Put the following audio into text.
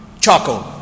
charcoal